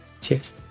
Cheers